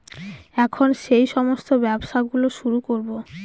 এখন সেই সমস্ত ব্যবসা গুলো শুরু করবো